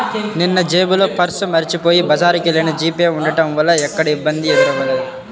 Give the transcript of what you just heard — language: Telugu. నిన్నజేబులో పర్సు మరచిపొయ్యి బజారుకెల్లినా జీపే ఉంటం వల్ల ఎక్కడా ఇబ్బంది ఎదురవ్వలేదు